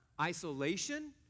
Isolation